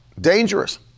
Dangerous